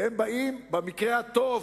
והם באים במקרה הטוב